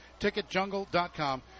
TicketJungle.com